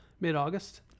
mid-August